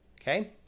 Okay